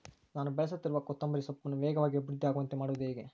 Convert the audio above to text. ನಾನು ಬೆಳೆಸುತ್ತಿರುವ ಕೊತ್ತಂಬರಿ ಸೊಪ್ಪನ್ನು ವೇಗವಾಗಿ ಅಭಿವೃದ್ಧಿ ಆಗುವಂತೆ ಮಾಡುವುದು ಹೇಗೆ?